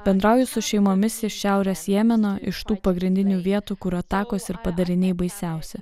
bendrauju su šeimomis iš šiaurės jemeno iš tų pagrindinių vietų kur atakos ir padariniai baisiausi